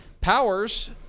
Powers